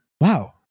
Wow